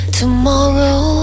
tomorrow